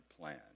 plan